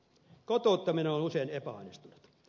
kotouttaminen on usein epäonnistunut